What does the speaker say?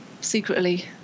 secretly